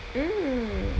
mm